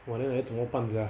!wah! then like that 怎么办 sia